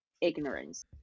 ignorance